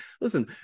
Listen